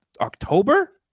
October